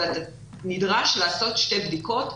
אבל אתה נדרש לעשות שתי בדיקות,